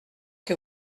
que